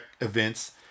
events